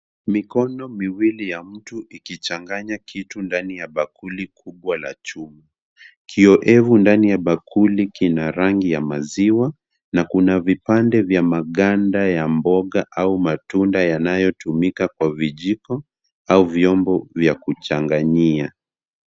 Mikono miwili ya mtu ikichanganya kitu ndani ya bakuli kubwa la chuma. Kiovu ndani ya bakuli kina rangi ya maziwa, na kuna vipande vya manganda ya mboga au matunda yanayo tumika kwa vijiko au vyombo vya kuchanganyia.